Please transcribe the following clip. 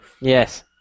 Yes